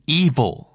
evil